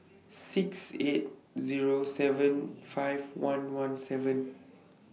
six eight Zero seven five one one seven